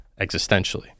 existentially